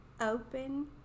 open